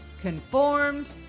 conformed